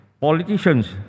politicians